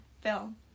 film